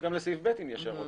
גם לסעיף (ב) אם יש הערות,